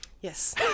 Yes